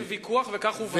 על זה אין ויכוח, וכך גם הובהר.